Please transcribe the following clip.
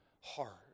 heart